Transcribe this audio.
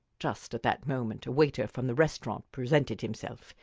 just at that moment a waiter from the restaurant presented himself.